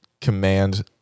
command